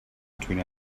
between